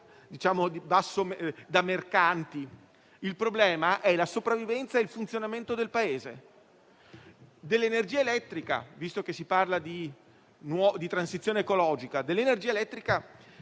gioco da mercanti. Il problema è la sopravvivenza e il funzionamento del Paese. Visto che si parla di transizione ecologica,